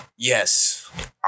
Yes